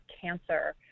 cancer